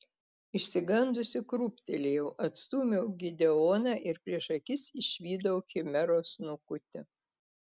išsigandusi krūptelėjau atstūmiau gideoną ir prieš akis išvydau chimeros snukutį